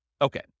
Okay